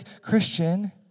Christian